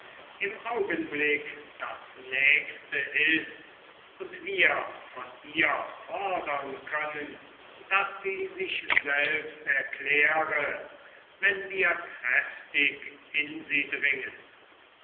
im augenblick das nächste ist und wir von ihr fordern können daß sie sich selbst erkläre wenn wir kräftig in sie dringen